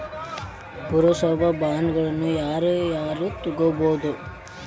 ಪುರಸಭಾ ಬಾಂಡ್ಗಳನ್ನ ಯಾರ ಯಾರ ತುಗೊಬೊದು?